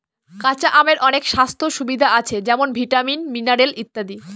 কাঁচা আমের অনেক স্বাস্থ্য সুবিধা আছে যেমন ভিটামিন, মিনারেল ইত্যাদি